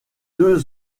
deux